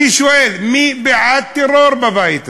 אני שואל, מי בעד טרור בבית הזה?